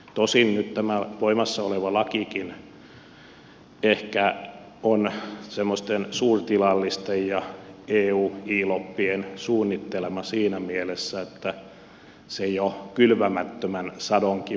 tosin nyt tämä voimassa oleva lakikin ehkä on semmoisten suurtilallisten ja eu elopien suunnittelema siinä mielessä että se jo kylvämättömän sadonkin vahinkoja korvaa